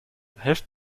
helft